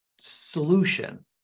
solution